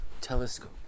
telescope